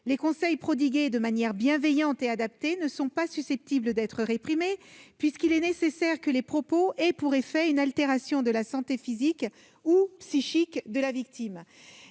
Les conseils prodigués de manière bienveillante et adaptée ne sont pas susceptibles d'être réprimés, puisqu'il est nécessaire que les propos tenus aient pour effet une altération de la santé physique ou psychique de la victime.